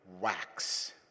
wax